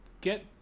get